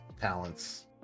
talents